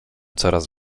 coraz